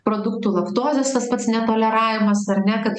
produktų laktozės tas pats netoleravimas ar ne kad